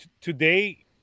today